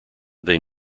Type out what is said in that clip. they